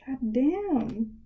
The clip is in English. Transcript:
Goddamn